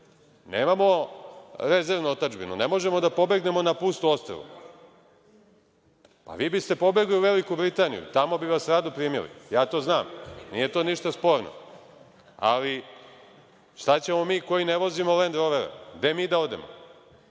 Nemamo rezervnu otadžbinu, ne možemo da pobegnemo da pusto ostrvo.A vi biste pobegli u Veliku Britaniju, tamo bi vas rado primili. Ja to znam, nije to ništa sporno. Ali šta ćemo mi koji ne vozimo „lend rovera“, gde mi da odemo?